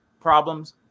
problems